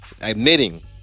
Admitting